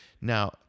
Now